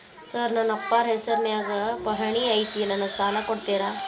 Sir ನನ್ನ ಅಪ್ಪಾರ ಹೆಸರಿನ್ಯಾಗ್ ಪಹಣಿ ಐತಿ ನನಗ ಸಾಲ ಕೊಡ್ತೇರಾ?